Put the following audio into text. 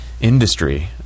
industry